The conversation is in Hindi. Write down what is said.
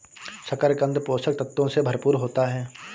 शकरकन्द पोषक तत्वों से भरपूर होता है